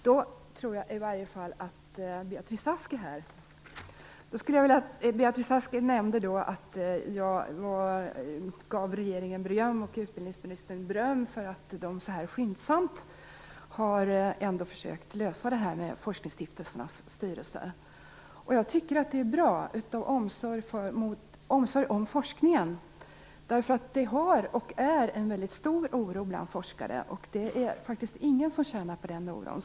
Herr talman! Beatrice Ask är i alla fall här. Hon nämnde att jag gav regeringen och utbildningsministern beröm för att man så skyndsamt har försökt lösa problemet med forskningsstiftelsernas styrelser. Jag tycker att det är bra av omsorg om forskningen. Det har funnits och finns en väldigt stor oro bland forskare, och det är inte någon som tjänar på den oron.